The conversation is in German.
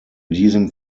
diesem